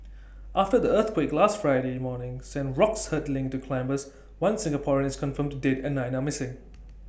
after the earthquake last Friday morning sent rocks hurtling into climbers one Singaporean is confirmed dead and nine are missing